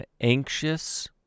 anxious